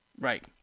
Right